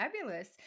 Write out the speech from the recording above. fabulous